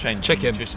chicken